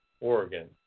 Oregon